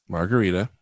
Margarita